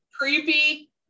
creepy